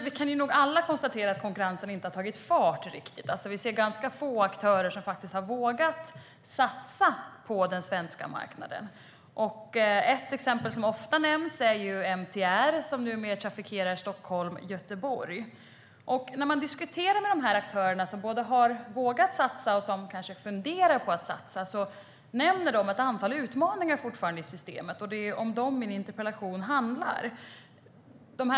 Vi kan nog konstatera att konkurrensen inte riktigt har tagit fart. Vi ser ganska få aktörer som faktiskt har vågat satsa på den svenska marknaden. Ett exempel som ofta nämns är MTR, som numera trafikerar sträckan Stockholm-Göteborg. När man diskuterar med de aktörer som både har vågat satsa och som kanske funderar på att satsa nämner de ett antal utmaningar som fortfarande finns i systemet, och det är om dem min interpellation handlar.